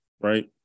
Right